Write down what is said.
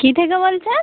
কী থেকে বলছেন